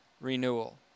renewal